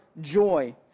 joy